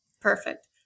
Perfect